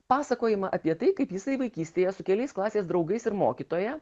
pasakojimą apie tai kaip jisai vaikystėje su keliais klasės draugais ir mokytoja